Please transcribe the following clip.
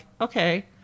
okay